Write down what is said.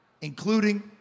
including